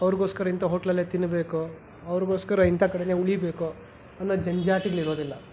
ಅವ್ರಿಗೋಸ್ಕರ ಇಂಥ ಹೋಟ್ಲಲ್ಲೇ ತಿನ್ನಬೇಕು ಅವ್ರಿಗೋಸ್ಕರ ಇಂಥ ಕಡೆನೇ ಉಳೀಬೇಕು ಅನ್ನೋ ಜಂಜಾಟಗಳಿರೋದಿಲ್ಲ